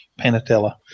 Panatella